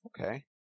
Okay